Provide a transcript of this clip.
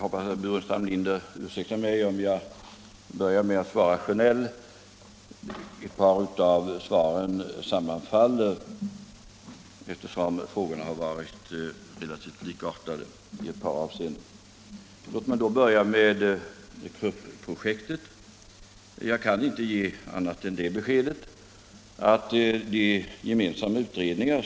Vad blir då utrymmet för den övriga delen av Statsföretag?